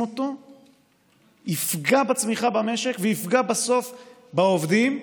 אותו יפגע בצמיחה במשק ויפגע בסוף בעובדים,